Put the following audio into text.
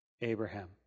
Abraham